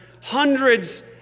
hundreds